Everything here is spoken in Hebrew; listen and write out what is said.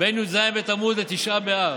בין י"ז בתמוז לתשעה באב,